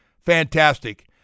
fantastic